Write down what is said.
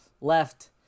left